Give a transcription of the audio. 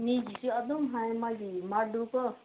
ꯃꯤꯒꯤꯁꯨ ꯑꯗꯨꯝ ꯍꯥꯏ ꯃꯥꯒꯤ ꯃꯥꯔꯛꯇꯨ ꯀꯣ